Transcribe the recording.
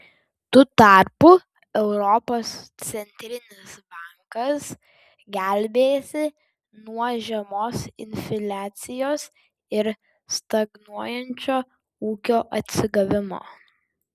tu tarpu europos centrinis bankas gelbėjasi nuo žemos infliacijos ir stagnuojančio ūkio atsigavimo